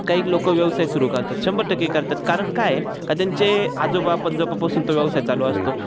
कैक लोक व्यवसाय सुरू करतात शंभर टक्के करतात कारण काय आहे का त्यांचे आजोबा पंजोबापासून तो व्यवसाय चालू असतो